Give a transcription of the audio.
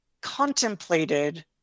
contemplated